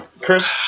Chris